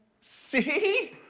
See